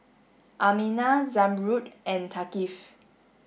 Aminah Zamrud and Thaqif